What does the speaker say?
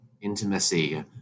intimacy